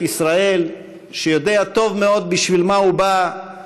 ישראל שיודע טוב מאוד בשביל מה הוא בא,